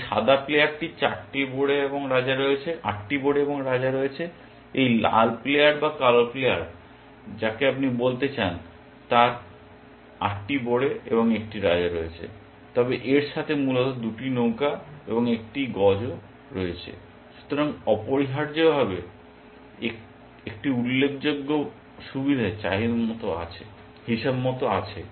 এই সাদা প্লেয়ারটির 8টি বোড়ে এবং রাজা রয়েছে এই লাল প্লেয়ার বা কালো প্লেয়ার যাকে আপনি বলতে চান তার 8টি বোড়ে এবং একটি রাজা রয়েছে তবে এর সাথে মূলত 2টি নৌকা এবং একটি গজ রয়েছে । সুতরাং অপরিহার্যভাবে একটি উল্লেখযোগ্য সুবিধা হিসাবমত আছে